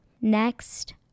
Next